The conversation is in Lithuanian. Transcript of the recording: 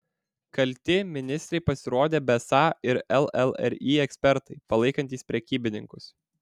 kalti ministrei pasirodė besą ir llri ekspertai palaikantys prekybininkus